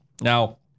Now